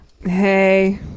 Hey